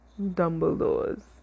Dumbledore's